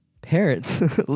parents